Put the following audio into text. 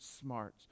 smarts